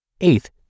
Eighth